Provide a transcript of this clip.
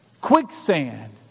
quicksand